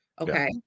Okay